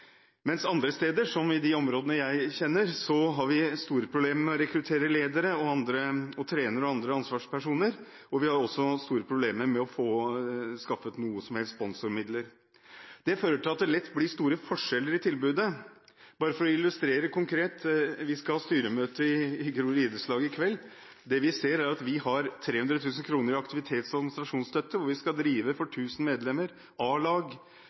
Andre steder, som i de områdene jeg kjenner, har vi store problemer med å rekruttere ledere, trenere og andre ansvarspersoner, og vi har også store problemer med å skaffe noe som helst av sponsormidler. Det fører til at det lett blir store forskjeller i tilbudet. For å illustrere konkret: Vi skal ha styremøte i Grorud idrettslag i kveld. Vi har 300 000 kr i aktivitets- og administrasjonsstøtte, og for 1 000 medlemmer skal vi drive A-lag, breddeidrett, fysisk aktivitet for